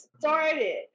started